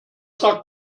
sagt